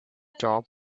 top